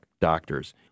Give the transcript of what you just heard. doctors